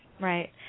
Right